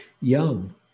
young